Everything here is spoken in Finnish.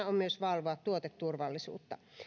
on myös valvoa tuoteturvallisuutta